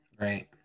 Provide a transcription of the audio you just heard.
right